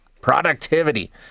Productivity